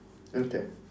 that